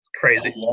crazy